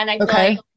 Okay